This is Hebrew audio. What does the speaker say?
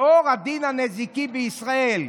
לאור הדין הנזיקי בישראל,